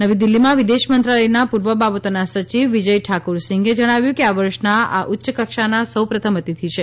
નવીદિલ્લીમાં વિદેશમંત્રાલયના પૂર્વ બાબતોના સચિવ વિજય ઠાકુરસિંઘે જણાવ્યું કે આ વર્ષના આ ઉચ્ચકક્ષાના સૌ પ્રથમ અતિથિ છે